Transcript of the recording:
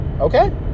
Okay